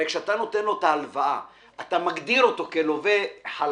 הרי כשאתה נותן לו את ההלוואה אתה מגדיר אותו כלווה חלש,